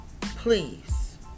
please